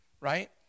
Right